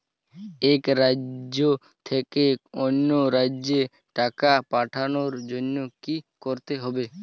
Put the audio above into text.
এক রাজ্য থেকে অন্য রাজ্যে টাকা পাঠানোর জন্য কী করতে হবে?